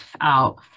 out